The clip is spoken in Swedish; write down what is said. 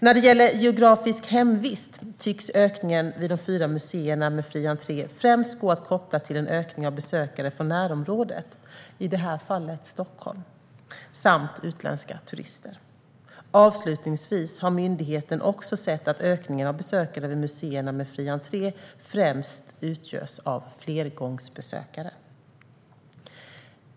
När det gäller geografisk hemvist tycks ökningen vid de fyra museerna med fri entré främst gå att koppla till en ökning av besökare från närområdet, i det här fallet Stockholm, samt utländska turister. Avslutningsvis har myndigheten också sett att ökningen av besökare vid museerna med fri entré främst utgörs av flergångsbesökare.